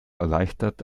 erleichtert